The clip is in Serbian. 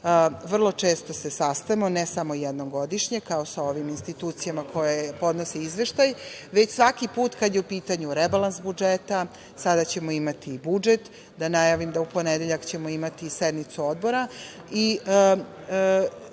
vrlo često se sastajemo, ne samo jednom godišnje, kao sa ovim institucijama koje podnose izveštaj, već svaki put kada je u pitanju rebalans budžeta. Sada ćemo imati i budžet. Da najavim da ćemo u ponedeljak imati sednicu Odbora. Debate